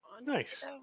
Nice